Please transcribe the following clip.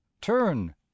turn